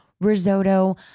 risotto